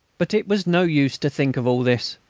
but it was no use to think of all this.